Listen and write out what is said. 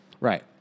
Right